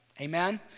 Amen